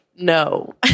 no